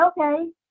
okay